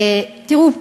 תראו,